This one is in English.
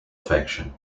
affection